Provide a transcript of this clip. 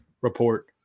Report